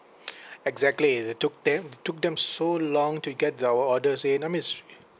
exactly they took them it took them so long to get the our orders in I